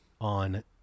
on